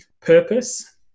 purpose